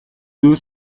deux